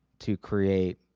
to create,